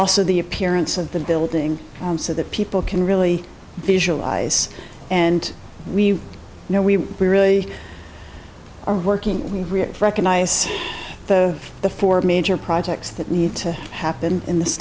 also the appearance of the building so that people can really visualize and we know we really are our working we recognize the four major projects that need to happen in this